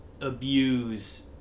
abuse